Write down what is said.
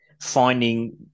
finding